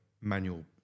manual